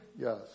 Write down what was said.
Yes